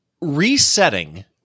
resetting